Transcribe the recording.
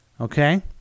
okay